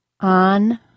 on